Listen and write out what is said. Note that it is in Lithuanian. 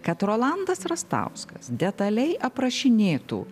kad rolandas rastauskas detaliai aprašinėtų